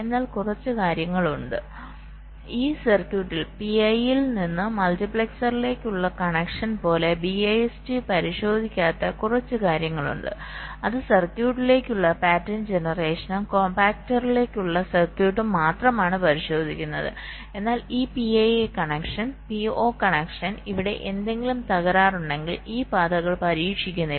എന്നാൽ കുറച്ച് കാര്യങ്ങളുണ്ട് ഈ സർക്യൂട്ടിൽ PI യിൽ നിന്ന് മൾട്ടിപ്ലക്സറിലേക്കുള്ള കണക്ഷൻ പോലെ BIST പരിശോധിക്കാത്ത കുറച്ച് കാര്യങ്ങളുണ്ട് ഇത് സർക്യൂട്ടിലേക്കുള്ള പാറ്റേൺ ജനറേഷനും കോംപാക്റ്ററിലേക്കുള്ള സർക്യൂട്ടും മാത്രമാണ് പരിശോധിക്കുന്നത് എന്നാൽ ഈ PI കണക്ഷൻ PO കണക്ഷൻ ഇവിടെ എന്തെങ്കിലും തകരാർ ഉണ്ടെങ്കിൽ ഈ പാതകൾ പരീക്ഷിക്കില്ല